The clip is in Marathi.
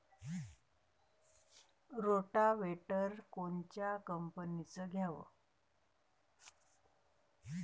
रोटावेटर कोनच्या कंपनीचं घ्यावं?